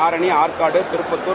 Arani Arcot கிருப்பத்தார்